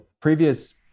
previous